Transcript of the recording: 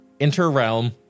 interrealm